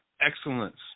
Excellence